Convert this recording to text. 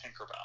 tinkerbell